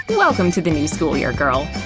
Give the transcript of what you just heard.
welcome to the new school year, girl.